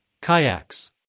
kayaks